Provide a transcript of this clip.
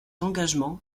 engagement